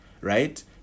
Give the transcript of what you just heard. right